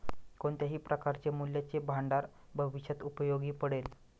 कोणत्याही प्रकारचे मूल्याचे भांडार भविष्यात उपयोगी पडेल